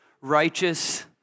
righteous